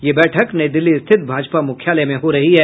यह बैठक नई दिल्ली स्थित भाजपा मुख्यालय में हो रही है